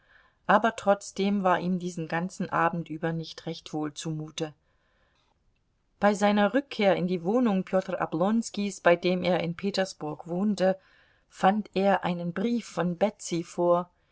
aber trotzdem war ihm diesen ganzen abend über nicht recht wohl zumute bei seiner rückkehr in die wohnung peter oblonskis bei dem er in petersburg wohnte fand er einen brief von betsy vor